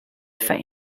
faim